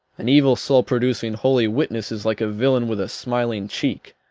an evil soul producing holy witness is like a villain with a smiling cheek,